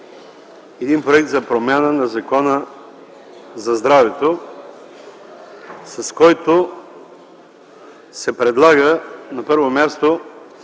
един проект за промяна на Закона за здравето, с който се предлага, на първо място,